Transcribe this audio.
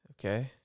Okay